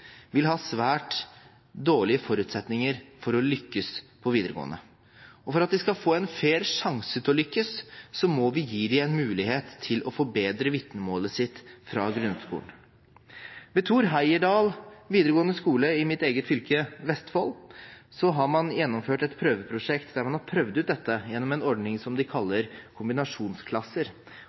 vil ha svært dårlige forutsetninger for å lykkes på videregående, og for at de skal få en fair sjanse til å lykkes, må vi gi dem en mulighet til å forbedre vitnemålet sitt fra grunnskolen. Ved Thor Heyerdahl videregående skole i mitt eget fylke, Vestfold, har man gjennomført et prøveprosjekt der man har prøvd ut dette gjennom en ordning som man kaller